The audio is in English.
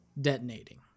detonating